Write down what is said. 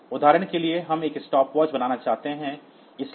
उदाहरण के लिए हम एक स्टॉपवॉच बनाना चाहते हैं